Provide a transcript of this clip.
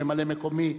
ממלא-מקומי,